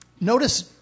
Notice